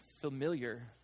familiar